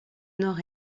nord